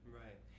right